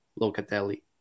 Locatelli